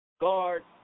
guard